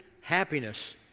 happiness